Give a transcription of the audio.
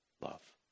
love